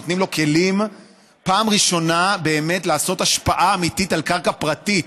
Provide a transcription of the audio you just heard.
נותנים לו כלים בפעם הראשונה באמת לעשות השפעה אמיתית על קרקע פרטית.